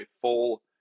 full